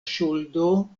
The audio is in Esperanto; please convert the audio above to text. ŝuldo